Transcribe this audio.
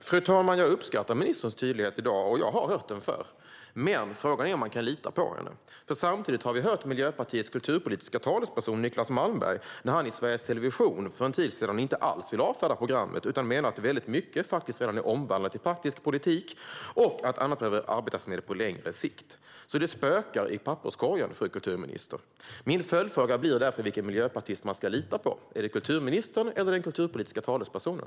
Fru talman! Jag uppskattar ministerns tydlighet i dag, och jag har hört detta förr. Frågan är dock om man kan lita på henne, för samtidigt hörde vi för en tid sedan Miljöpartiets kulturpolitiska talesperson Niclas Malmberg säga i Sveriges Television att han inte alls ville avfärda programmet. Han menade i stället att väldigt mycket faktiskt redan är omvandlat i praktisk politik och att annat behöver arbetas med på längre sikt. Detta spökar alltså i papperskorgen, fru kulturminister. Min följdfråga blir därför vilken miljöpartist man ska lita på - är det kulturministern eller den kulturpolitiska talespersonen?